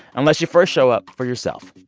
unless you first show up for yourself.